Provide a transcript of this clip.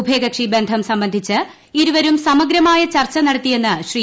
ഉഭയകക്ഷി ബസ്പ്പ് സ്്ബന്ധിച്ച് ഇരുവരും സമഗ്രമായ ചർച്ച നടത്തിയെന്ന് ശ്രീ